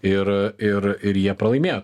ir ir ir jie pralaimėjo